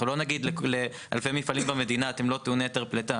אנחנו לא נגיד לאלפי מפעלים במדינה אתם לא טועני היתר פליטה.